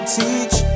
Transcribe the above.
teach